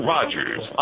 Rogers